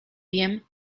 wiem